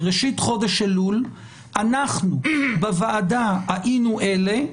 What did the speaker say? בראשית חודש אלול אנחנו בוועדה היינו אלה,